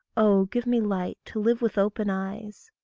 oh, give me light to live with open eyes.